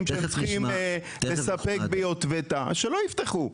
שהם צריכים לספק ביוטבתה אז שלא יפתחו.